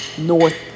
North